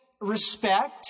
respect